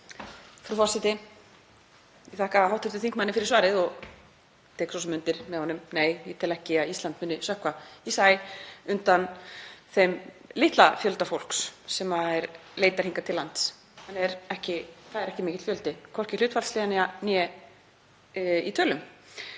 Frú forseti. Ég þakka hv. þingmanni fyrir svarið og tek svo sem undir með honum: Nei, ég tel ekki að Ísland muni sökkva í sæ undan þeim litla fjölda fólks sem leitar hingað til lands. Það er ekki mikill fjöldi, hvorki hlutfallslega né í tölum.